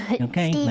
Okay